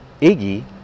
Iggy